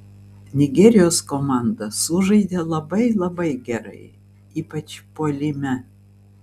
nigerijos komanda sužaidė labai labai gerai ypač puolime